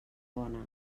bona